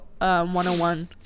101